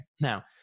Now